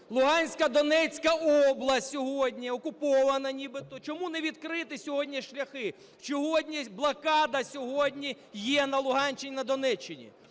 Луганська, Донецька області сьогодні окуповані нібито, чому не відкрити сьогодні шляхи? Чому блокада сьогодні є на Луганщині і на Донеччині?